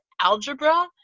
algebra